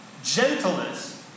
Gentleness